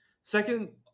Second